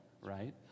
right